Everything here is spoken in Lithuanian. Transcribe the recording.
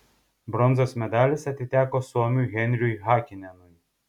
bronzos medalis atiteko suomiui henriui hakinenui